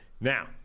Now